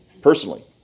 Personally